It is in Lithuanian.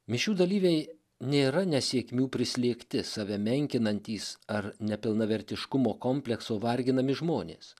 mišių dalyviai nėra nesėkmių prislėgti save menkinantys ar nepilnavertiškumo komplekso varginami žmonės